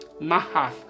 Mahath